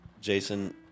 Jason